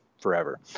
forever